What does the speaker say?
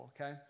okay